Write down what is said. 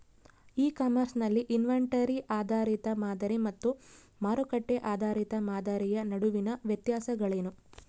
E commerce ನಲ್ಲಿ inventory ಆಧಾರಿತ ಮಾದರಿ ಮತ್ತು ಮಾರುಕಟ್ಟೆ ಆಧಾರಿತ ಮಾದರಿಯ ನಡುವಿನ ವ್ಯತ್ಯಾಸಗಳೇನು?